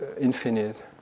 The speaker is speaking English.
infinite